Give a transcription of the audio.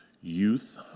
youth